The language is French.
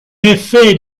effet